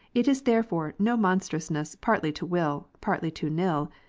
it is there fore no monstrousness partly to will, partly to nill,